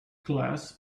class